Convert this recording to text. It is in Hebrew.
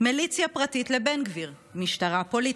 מיליציה פרטית לבן גביר, משטרה פוליטית,